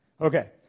okay